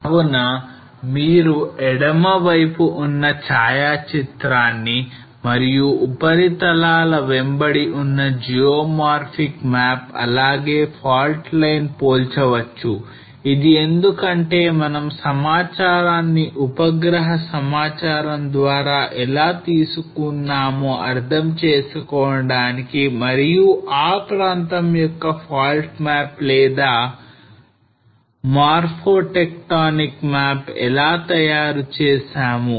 కావున మీరు ఎడమ వైపు ఉన్న ఛాయాచిత్రాన్ని మరియు ఉపరితలాల వెంబడి ఉన్న geomorphic మ్యాప్ అలాగే fault line పోల్చవచ్చు ఇది ఎందుకంటే మనం సమాచారాన్ని ఉపగ్రహ సమాచారం ద్వారా ఎలా తీసుకున్నామో అర్థం చేసుకోవడానికి మరియు ఆ ప్రాంతం యొక్క fault మ్యాప్ లేదా morphotectonic మ్యాప్ ఎలా తయారు చేసాము